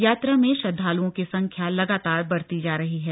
यात्रा में श्रद्धालुओं की संख्या लगातार बढ़ती जा रही है